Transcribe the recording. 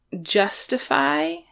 justify